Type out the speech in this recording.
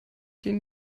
gehen